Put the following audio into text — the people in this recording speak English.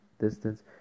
distance